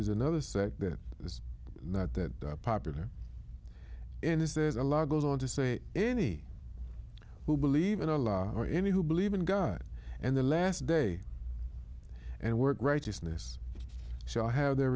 is another sect that is not that popular in this there is a law goes on to say any who believe in a law or any who believe in god and the last day and work righteousness shall have their